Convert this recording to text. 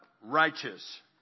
righteous